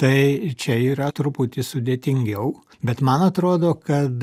tai čia yra truputį sudėtingiau bet man atrodo kad